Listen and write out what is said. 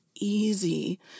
easy